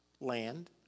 land